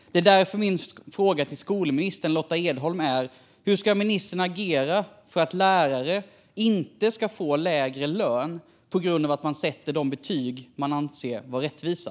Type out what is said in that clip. Min fråga till skolminister Lotta Edholm är därför: Hur ska ministern agera för att lärare inte ska få lägre lön på grund av att de sätter de betyg de anser vara rättvisa?